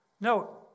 Note